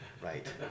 right